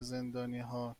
زندانیها